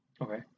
Okay